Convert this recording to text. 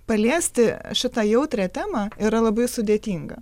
paliesti šitą jautrią temą yra labai sudėtinga